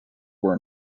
were